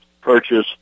purchase